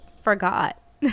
forgot